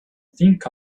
think